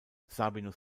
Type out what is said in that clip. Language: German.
sabinus